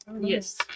Yes